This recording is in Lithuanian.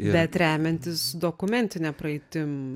bet remiantis dokumentine praeitim